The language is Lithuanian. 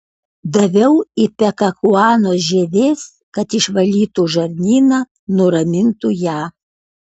daviau ipekakuanos žievės kad išvalytų žarnyną nuramintų ją